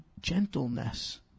gentleness